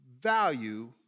value